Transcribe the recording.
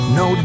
no